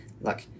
Look